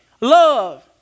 love